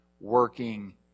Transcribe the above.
working